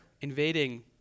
invading